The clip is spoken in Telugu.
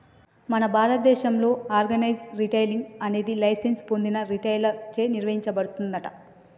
మన భారతదేసంలో ఆర్గనైజ్ రిటైలింగ్ అనేది లైసెన్స్ పొందిన రిటైలర్ చే నిర్వచించబడుతుందంట